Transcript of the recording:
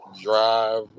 drive